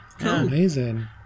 Amazing